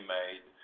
made